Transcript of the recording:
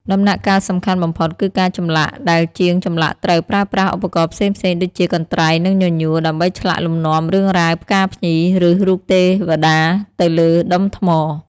ដំណាក់កាលសំខាន់បំផុតគឺការចម្លាក់ ដែលជាងចម្លាក់ត្រូវប្រើប្រាស់ឧបករណ៍ផ្សេងៗដូចជា កន្ត្រៃ និងញញួរ ដើម្បីឆ្លាក់លំនាំរឿងរ៉ាវ ផ្កា ភ្ញី ឬរូបទេវតាទៅលើដុំថ្ម។